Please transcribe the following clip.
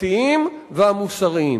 החוקתיים והמוסריים.